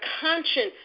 conscience